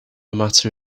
matter